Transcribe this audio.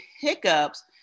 hiccups